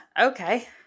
Okay